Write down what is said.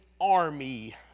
Army